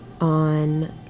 on